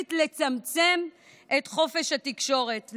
החליט לצמצם את חופש התקשורת,